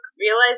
realize